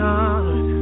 God